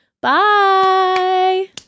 Bye